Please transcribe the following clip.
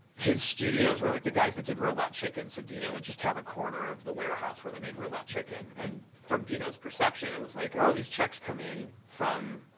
his studio, where like the guys that did robot chicken so dino would just have a corner of the warehouse where they made robot chicken. and from dino's perception, it was like, oh, these checks come in from